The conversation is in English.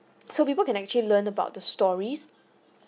so people can actually learn about the stories